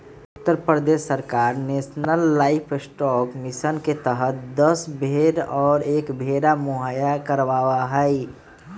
उत्तर प्रदेश सरकार national livestock mission के तहद दस भेंड़ और एक भेंड़ा मुहैया करवावा हई